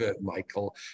Michael